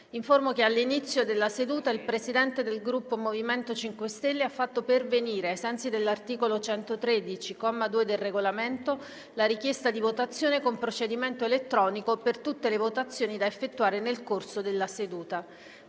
che all'inizio della seduta il Presidente del Gruppo MoVimento 5 Stelle ha fatto pervenire, ai sensi dell'articolo 113, comma 2, del Regolamento, la richiesta di votazione con procedimento elettronico per tutte le votazioni da effettuare nel corso della seduta.